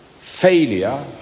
failure